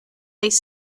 ice